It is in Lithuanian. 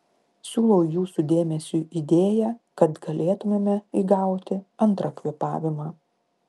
siūlau jūsų dėmesiui idėją kad galėtumėme įgauti antrą kvėpavimą